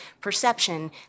perception